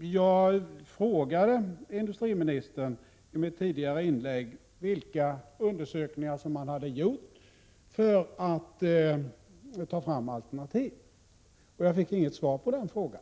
Jag frågade industriministern i mitt tidigare inlägg vilka undersökningar han hade gjort för att ta fram alternativ, och jag fick inget svar på den frågan.